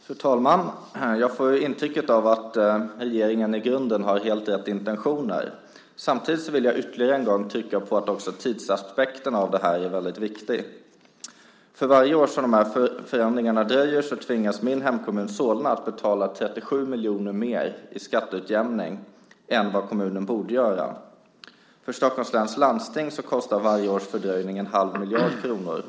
Fru talman! Jag får intrycket att regeringen i grunden har helt rätt intentioner. Samtidigt vill jag ytterligare en gång trycka på att också tidsaspekten är viktig. För varje år som förändringarna dröjer tvingas min hemkommun Solna att betala 37 miljoner mer i skatteutjämning än vad kommunen borde göra. För Stockholms läns landsting kostar varje års fördröjning en halv miljard kronor.